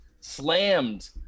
slammed